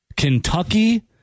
Kentucky